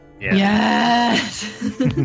Yes